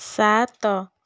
ସାତ